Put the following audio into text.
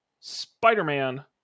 spider-man